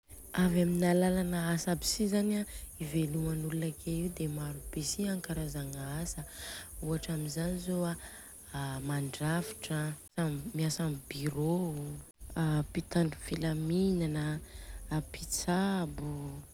Avy amina alalana asa aby si zany an iveloman'olana akegny io de maro be si ankarazagna asa, ohatra amizany zô a, mandrafitra an, miasa amin'ny birô, a mpitandro filaminana an, pitsabo o.